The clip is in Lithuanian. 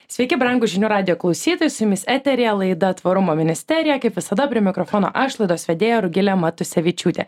sveiki brangūs žinių radijo klausytojai su jumis eteryje laida tvarumo ministerija kaip visada prie mikrofono aš laidos vedėja rugilė matusevičiūtė